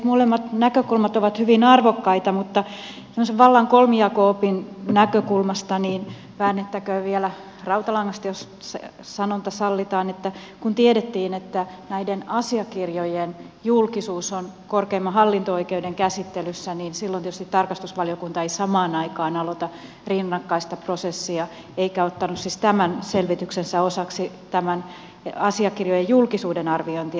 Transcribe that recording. molemmat näkökulmat ovat hyvin arvokkaita mutta vallan kolmijako opin näkökulmasta väännettäköön vielä rautalangasta jos sanonta sallitaan että kun tiedettiin että näiden asiakirjojen julkisuus on korkeimman hallinto oikeuden käsittelyssä niin silloin tietysti tarkastusvaliokunta ei samaan aikaan aloita rinnakkaista prosessia eikä ottanut siis tämän selvityksensä osaksi asiakirjojen julkisuuden arviointia